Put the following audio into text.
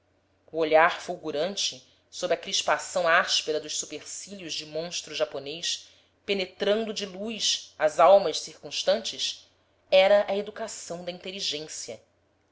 olhar fulgurante sob a crispação áspera dos supercílios de monstro japonês penetrando de luz as almas circunstantes era a educação da inteligência